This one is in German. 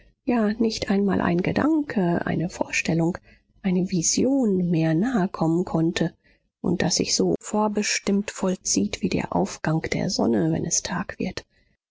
ja nicht einmal ein gedanke eine vorstellung eine vision mehr nahekommen konnte und das sich so vorbestimmt vollzieht wie der aufgang der sonne wenn es tag wird